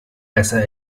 besser